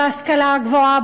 בהשכלה הגבוהה,